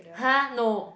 !huh! no